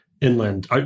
inland